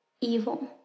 evil